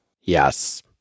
Yes